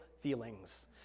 feelings